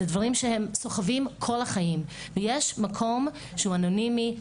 זה דברים שהם סוחבים כל החיים ויש מקום שהוא אנונימי,